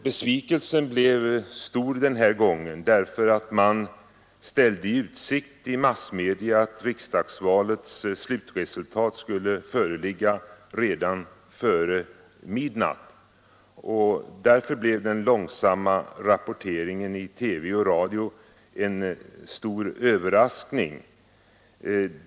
Besvikelsen blev stor den här gången på grund av att man i massmedia ställde i utsikt att riksdagsvalets slutresultat skulle föreligga redan före midnatt; därför blev den långsamma rapporteringen i TV och radio en stor överraskning.